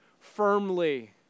firmly